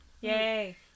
Yay